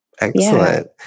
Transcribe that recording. Excellent